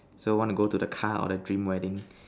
so want to go to the car or the dream wedding